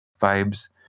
vibes